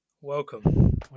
Welcome